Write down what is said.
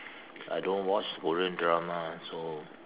I don't watch Korean drama also